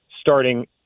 starting